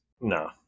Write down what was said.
No